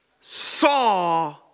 saw